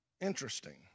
Interesting